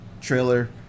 trailer